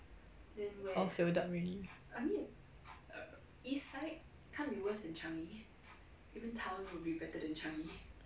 all filled up already